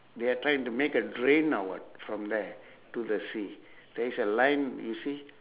they are trying to make a drain or what from there to the sea there's a line you see